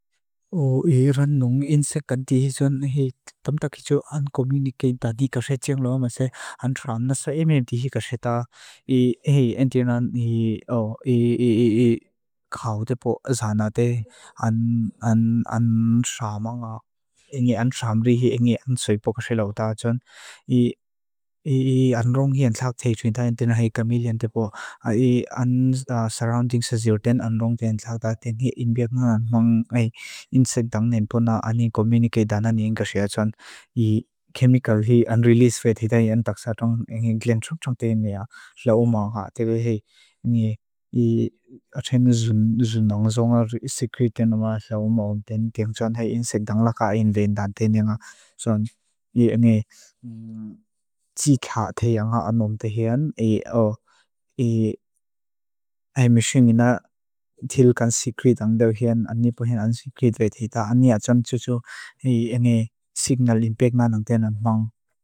Úi ran núng insek kan tíhi xun. Íi tamta kíchú án komunikéin tadi kaxé tsyang ló masé. Án sram nasá eme eme tíhi kaxé ta. Íi en tín án íi khao tepo zána te. Án sram áng ák. Íi án sram ríhi íi án tsúipo kaxé lau ta chun. Íi án rung ian lak tíhi chun. Tain tín áhí kamilian tepo. Íi án surrounding sasió ten án rung ian lak ta tín. Íi inbeak nga án mang íi insek dang nen pona án íi komunikéi dan áni inga xáyá tsyuan. Íi chemical íi unrelease vei títa ian tak sá tung engi glientrúk tung tímia lau maunga. Tébe hí engi atá híni zunang zongar sikrit tenuma lau maunga. Ten tíng tsyuan híi insek dang laká íi nen dan tíni. Íi engi tíká téi ánghá án óm téi ian. Íi áhí machine ina tilkan sikrit ang dau ian. Án nipo ian án sikrit vei títa. Áni atsám tsútsú íi engi signal inbeak nga lang tén án maunga.